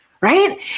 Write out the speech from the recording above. right